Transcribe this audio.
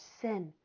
sin